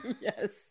yes